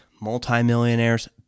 multimillionaires